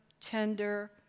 tender